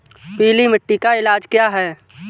पीली मिट्टी का इलाज क्या है?